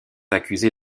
accusé